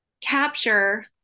capture